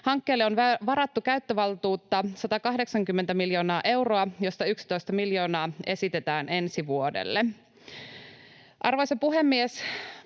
Hankkeelle on varattu käyttövaltuutta 180 miljoonaa euroa, josta 11 miljoonaa esitetään ensi vuodelle. Arvoisa puhemies!